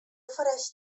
ofereix